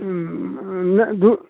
नहि दु